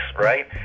right